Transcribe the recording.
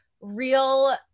real